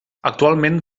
actualment